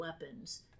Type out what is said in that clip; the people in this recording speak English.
weapons